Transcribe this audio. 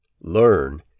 learn